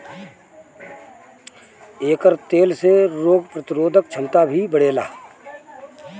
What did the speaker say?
एकर तेल से रोग प्रतिरोधक क्षमता भी बढ़ेला